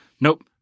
Nope